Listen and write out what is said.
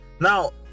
Now